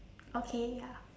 okay ya